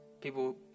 people